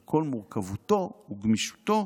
על כל מורכבותו וגמישותו,